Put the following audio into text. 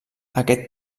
aquest